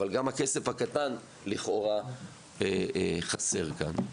אבל גם הכסף הקטן לכאורה חסר כאן.